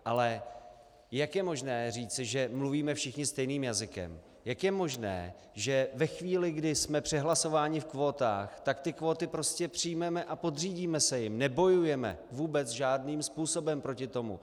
Ale jak je možné říci, že mluvíme všichni stejným jazykem, jak je možné, že ve chvíli, kdy jsme přehlasováni v kvótách, tak ty kvóty prostě přijmeme a podřídíme se jim, nebojujeme vůbec žádným způsobem proti tomu?